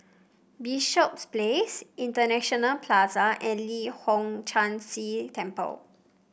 Bishops Place International Plaza and Leong Hong Chan Si Temple